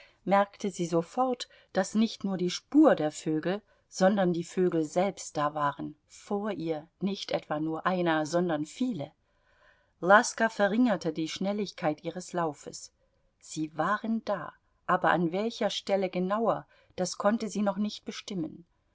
merkte sie sofort daß nicht nur die spur der vögel sondern die vögel selbst da waren vor ihr nicht etwa nur einer sondern viele laska verringerte die schnelligkeit ihres laufes sie waren da aber an welcher stelle genauer das konnte sie noch nicht bestimmen